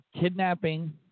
kidnapping